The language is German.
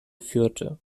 führte